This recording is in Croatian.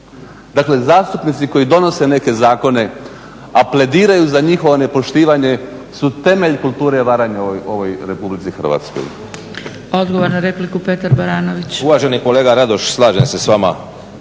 Dakle zastupnici koji donose neke zakone a plediraju za njihovo nepoštivanje su temelj kulture varanja u ovoj RH.